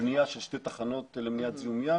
בנייה של שתי תחנות למניעת זיהום ים,